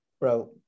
Bro